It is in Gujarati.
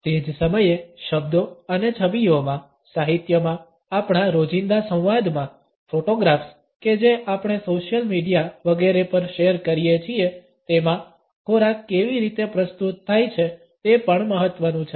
તે જ સમયે શબ્દો અને છબીઓમાં સાહિત્યમાં આપણા રોજિંદા સંવાદમાં ફોટોગ્રાફ્સ કે જે આપણે સોશિયલ મીડિયા વગેરે પર શેર કરીએ છીએ તેમાં ખોરાક કેવી રીતે પ્રસ્તુત થાય છે તે પણ મહત્વનું છે